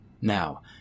Now